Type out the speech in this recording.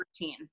routine